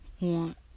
want